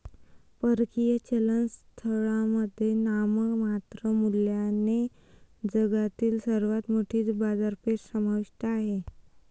परकीय चलन स्थळांमध्ये नाममात्र मूल्याने जगातील सर्वात मोठी बाजारपेठ समाविष्ट आहे